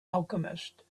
alchemist